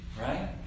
right